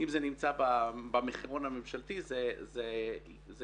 אם זה נמצא במחירון הממשלתי, זה יצליח.